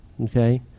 Okay